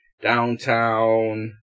downtown